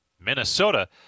Minnesota